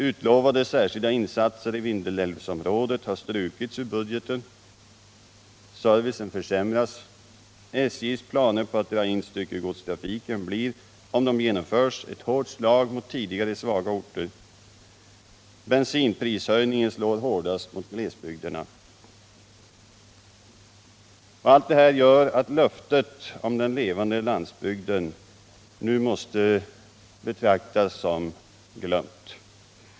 Utlovade särskilda insatser i Vindelälvsområdet har strukits i budgeten. Servicen försämras. SJ:s planer på att dra in styckegodstrafiken blir, om de genomförs, ett hårt slag mot tidigare svaga orter. Bensinprishöjningen slår hårdast mot glesbygderna: Allt det här gör att löftet om den levande landsbygden nu måste betraktas som glömt.